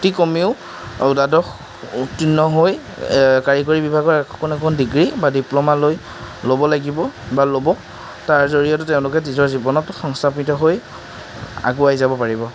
অতি কমেও দ্বাদশ উত্তীৰ্ণ হৈ কাৰিকৰী বিভাগৰ একোখন একোখন ডিগ্ৰী বা ডিপ্লমা লৈ ল'ব লাগিব বা ল'ব তাৰ জৰিয়তে তেওঁলোকে নিজৰ জীৱনত সংস্থাপিত হৈ আগুৱাই যাব পাৰিব